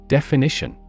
Definition